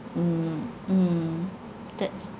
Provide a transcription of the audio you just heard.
mm mm that's